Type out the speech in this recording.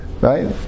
Right